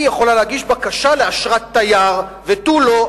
היא יכולה להגיש בקשה לאשרת תייר ותו לא,